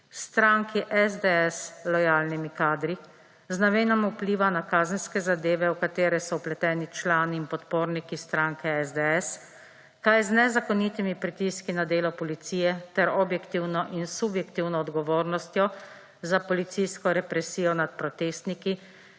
stranki SDS lojalnimi kadri z namenom vpliva na kazenske zadeve, v katere so vpleteni člani in podporniki stranke SDS; kaj je z nezakonitimi pritiski na delo policije ter objektivno in subjektivno odgovornostjo za policijsko represijo nad protestniki;